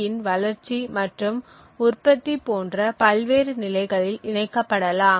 யின் வளர்ச்சி மற்றும் உற்பத்தி போன்ற பல்வேறு நிலைகளில் இணைகப்படலாம்